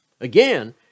Again